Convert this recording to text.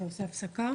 נעשה הפסקה?